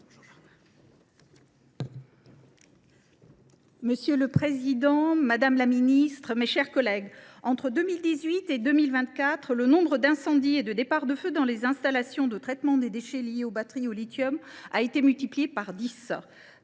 Monsieur le président, madame la ministre, mes chers collègues, entre 2018 et 2024, le nombre d’incendies et de départs de feu dans les installations de traitement des déchets liés aux batteries au lithium a été multiplié par dix.